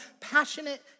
passionate